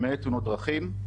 למעט תאונות דרכים.